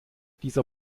dieser